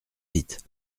vite